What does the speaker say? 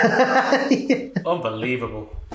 Unbelievable